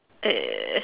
uh